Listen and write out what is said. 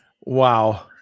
Wow